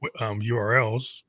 URLs